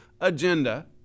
agenda